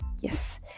Yes